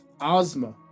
Ozma